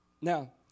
Now